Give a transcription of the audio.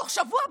תוך שבוע,